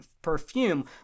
perfume